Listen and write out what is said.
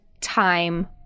time